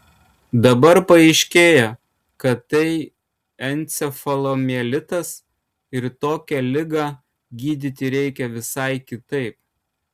dabar paaiškėjo kad tai encefalomielitas ir tokią ligą gydyti reikia visai kitaip